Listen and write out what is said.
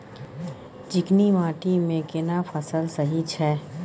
चिकनी माटी मे केना फसल सही छै?